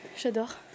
j'adore